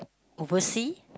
oversea